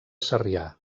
sarrià